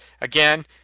again